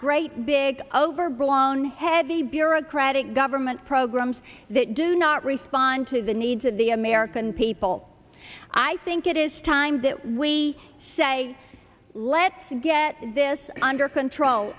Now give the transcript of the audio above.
great big overblown heavy bureaucratic government programs that do not respond to the needs of the american people i think it is time that we say let's get this under control